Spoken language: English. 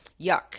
Yuck